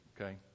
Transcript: okay